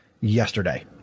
yesterday